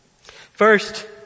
first